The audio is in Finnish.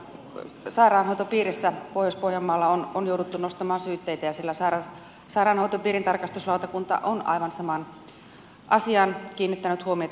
kyllä sairaanhoitopiirissä pohjois pohjanmaalla on jouduttu nostamaan syytteitä ja siellä sairaanhoitopiirin tarkastuslautakunta on aivan samaan asiaan kiinnittänyt huomiota